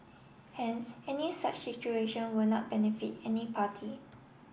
hence any such situation will not benefit any party